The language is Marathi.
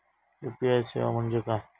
यू.पी.आय सेवा म्हणजे काय?